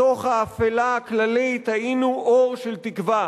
בתוך האפלה הכללית היינו אור של תקווה.